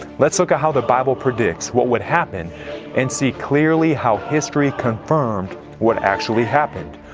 let's look at how the bible predicts what would happen and see clearly how history confirms what actually happened.